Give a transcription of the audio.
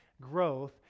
growth